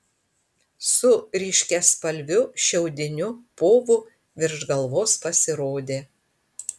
su ryškiaspalviu šiaudiniu povu virš galvos pasirodė